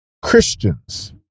christians